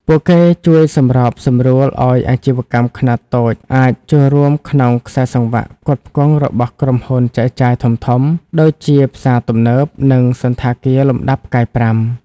ពួកគេជួយសម្របសម្រួលឱ្យអាជីវកម្មខ្នាតតូចអាចចូលរួមក្នុងខ្សែសង្វាក់ផ្គត់ផ្គង់របស់ក្រុមហ៊ុនចែកចាយធំៗ ដូចជាផ្សារទំនើប និងសណ្ឋាគារលំដាប់ផ្កាយប្រាំ។